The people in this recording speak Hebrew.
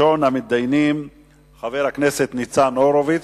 ראשון המתדיינים, חבר הכנסת ניצן הורוביץ,